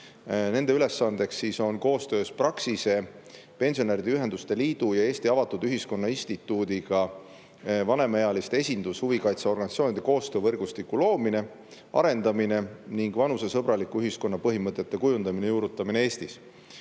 Nende ülesandeks on koostöös Praxise, pensionäride ühenduste liidu ja Eesti Avatud Ühiskonna Instituudiga vanemaealiste esindus, huvikaitseorganisatsioonide koostöövõrgustiku loomine, arendamine ning vanusesõbraliku ühiskonna põhimõtete kujundamine, juurutamine Eestis.